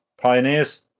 pioneers